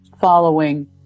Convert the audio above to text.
following